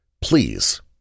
Please